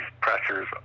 pressures